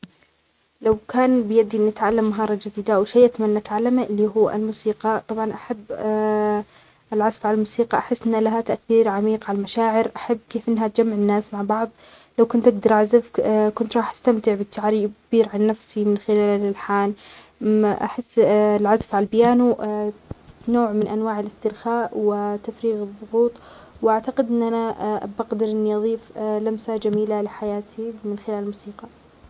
لو كان بيدى أنى أتعلم مهارة جديدة أو شيء أتمنى أتعلمه اللى هو الموسيقى، طبعا أحب العزف على الموسيقى أحس أن لها تأثير عميق على المشاعر، أحب كيف أنها تجمع الناس مع بعض، لو كنت أقدر أعزف كنت راح استمتع بالتعبير عن نفسى من خلال الألحان، أحس العزف عالبيانو نوع من أنواع الإسترخاء وتفريغ الظغوط، وأعتقد أن انا بقدر إنى أظيف لمسة جميلة لحياتى من خلال الموسيقى.